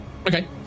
Okay